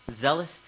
zealous